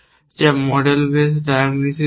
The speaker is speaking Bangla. যা মডেল বেস ডায়াগনসিস করে